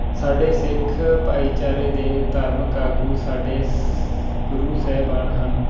ਸਾਡੇ ਸਿੱਖ ਭਾਈਚਾਰੇ ਦੇ ਧਾਰਮਿਕ ਆਗੂ ਸਾਡੇ ਸ ਗੁਰੂ ਸਾਹਿਬਾਨ ਹਨ